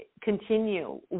continue